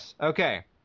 Okay